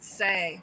say